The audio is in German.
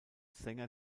sänger